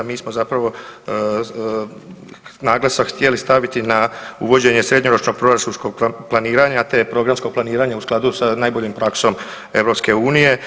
Mi smo zapravo naglasak htjeli staviti na uvođenje srednjoročnog proračunskog planiranja te programsko planiranje u skladu sa najboljom praksom EU.